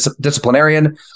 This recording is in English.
disciplinarian